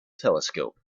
telescope